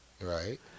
Right